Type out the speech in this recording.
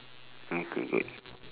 okay good